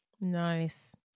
Nice